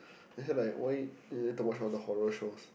I said like why you like to watch all the horror shows